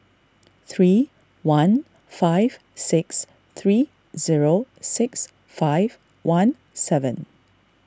three one five six three zero six five one seven